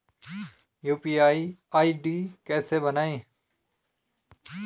UPI ID कैसे बनायें?